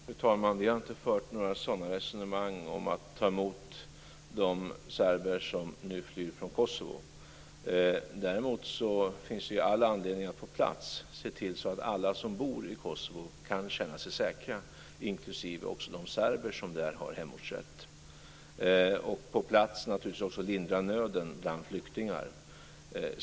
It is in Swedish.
Fru talman! Vi har inte fört några resonemang om att ta emot de serber som nu flyr från Kosovo. Däremot finns det all anledning att på plats se till så att alla som bor i Kosovo kan känna sig säkra, inklusive de serber som där har hemortsrätt, och på plats också naturligtvis lindra nöden bland flyktingar.